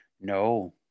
No